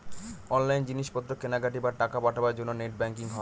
online জিনিস পত্র কেনাকাটি, বা টাকা পাঠাবার জন্য নেট ব্যাঙ্কিং হয়